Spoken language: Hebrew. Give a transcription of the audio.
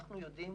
אנחנו יודעים,